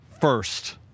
first